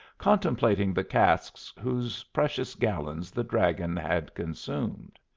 contemplating the casks whose precious gallons the dragon had consumed.